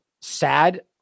sad